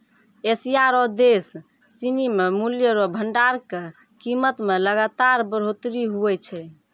Asia रो देश सिनी मे मूल्य रो भंडार के कीमत मे लगातार बढ़ोतरी हुवै छै